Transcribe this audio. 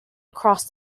across